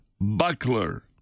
buckler